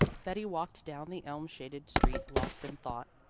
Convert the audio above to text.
betty walked down the elm-shaded street lost in thought.